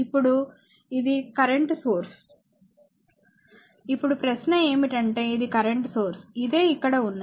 ఇప్పుడు ఇది current source ఇప్పుడు ప్రశ్న ఏమిటంటే ఇది కరెంట్ సోర్స్ ఇదే ఇక్కడ ఉన్నది